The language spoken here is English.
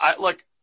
Look